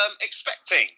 expecting